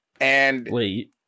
Wait